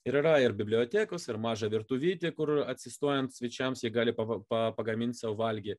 ir yra ir bibliotekos ir maža virtuvytė kur atsistojant svečiams jie gali pa pagamint sau valgį